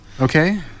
Okay